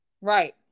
Right